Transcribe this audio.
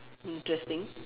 interesting